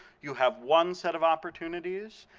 you have one set of opportunities.